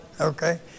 Okay